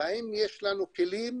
והאם יש לנו כלים